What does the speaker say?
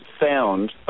found